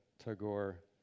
Tagore